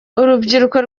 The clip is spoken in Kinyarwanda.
urubyiruko